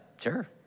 sure